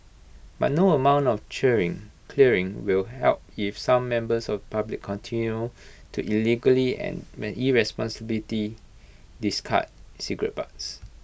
but no amount of cheering clearing will help if some members of public continue to illegally and may irresponsibly discard cigarette butts